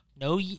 No